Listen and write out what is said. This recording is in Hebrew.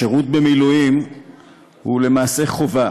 השירות במילואים הוא למעשה חובה,